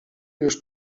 już